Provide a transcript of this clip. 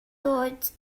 dod